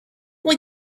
what